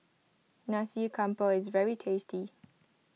Nasi Campur is very tasty